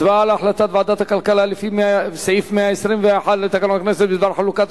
הצבעה על החלטת ועדת הכלכלה לפי סעיף 121 לתקנון הכנסת בדבר חלוקת